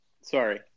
Sorry